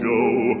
Joe